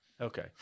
Okay